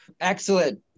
excellent